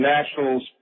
Nationals